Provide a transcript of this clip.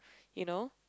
you know